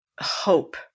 hope